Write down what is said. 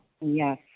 Yes